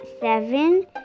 seven